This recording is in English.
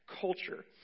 culture